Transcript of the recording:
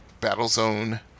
Battlezone